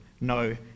No